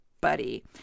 buddy